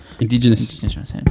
Indigenous